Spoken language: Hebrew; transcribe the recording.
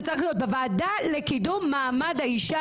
זה צריך להיות בוועדה לקידום מעמד האישה,